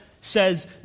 says